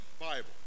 Bible